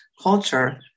culture